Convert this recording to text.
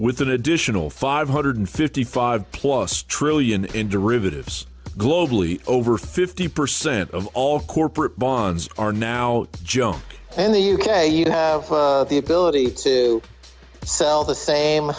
with an additional five hundred fifty five plus trillion in derivatives globally over fifty percent of all corporate bonds are now joe and the u k you have the ability to sell the same